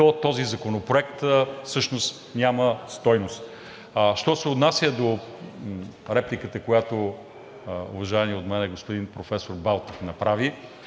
този законопроект няма стойност. А що се отнася до репликата, която уважаваният от мен господин професор Балтов направи,